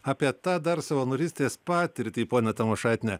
apie tą dar savanorystės patirtį ponia tamošaitiene